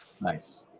Nice